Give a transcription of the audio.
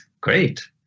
great